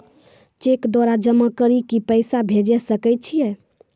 Cheque द्वारा जमा करि के पैसा भेजै सकय छियै?